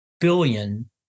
billion